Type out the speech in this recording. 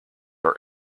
are